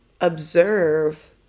observe